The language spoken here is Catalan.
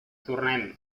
tornem